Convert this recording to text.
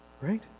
right